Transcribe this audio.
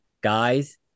guys